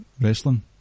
wrestling